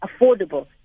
affordable